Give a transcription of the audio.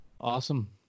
Awesome